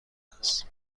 است